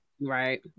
Right